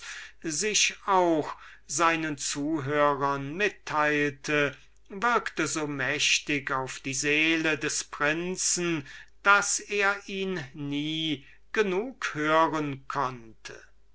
sich auch seinen zuhörern mitteilte würkte so mächtig auf die seele des dionys daß er ihn nie genug hören konnte